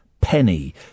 penny